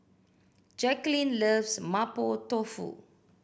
Jacqueline loves Mapo Tofu